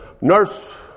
nurse